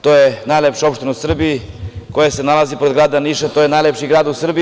To je najlepša opština u Srbiji, koja se nalazi pred grada Niša, a to je najlepši grad u Srbiji.